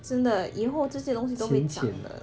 真的以后这些东西都会酱的